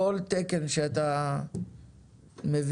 כל תקן שאתה מביא,